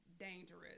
dangerous